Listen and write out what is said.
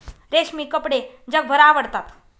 रेशमी कपडे जगभर आवडतात